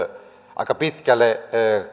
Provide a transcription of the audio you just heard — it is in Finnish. aika pitkälle